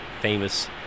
famous